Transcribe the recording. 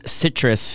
citrus